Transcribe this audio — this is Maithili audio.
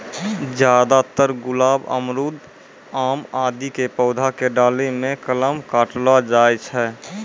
ज्यादातर गुलाब, अमरूद, आम आदि के पौधा के डाली मॅ कलम काटलो जाय छै